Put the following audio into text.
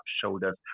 shoulders